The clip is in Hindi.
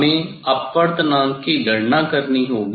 हमें अपवर्तनांक की गणना करनी होगी